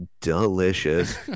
delicious